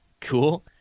cool